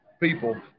people